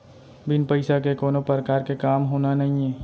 बिन पइसा के कोनो परकार के काम होना नइये